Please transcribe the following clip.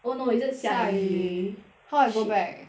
oh no is it 下雨 how I go shit back